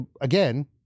again